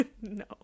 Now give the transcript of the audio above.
No